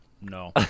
no